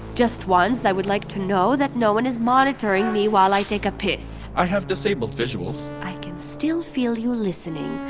just once i would like to know that no one is monitoring me while i take a piss i have disabled visuals i can still feel you listening.